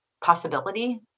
possibility